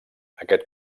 aquest